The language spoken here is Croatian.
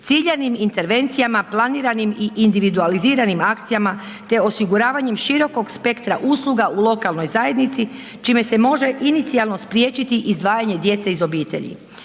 Ciljanim intervencijama, planiranim i individualiziranim akcijama, te osiguravanjem širokog spektra usluga u lokalnoj zajednici, čime se može inicijalno spriječiti izdvajanje djece iz obitelji.